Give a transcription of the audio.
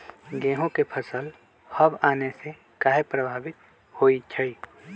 गेंहू के फसल हव आने से काहे पभवित होई छई?